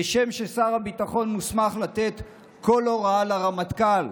כשם ששר הביטחון מוסמך לתת כל הוראה לרמטכ"ל,